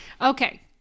Okay